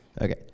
Okay